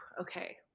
Okay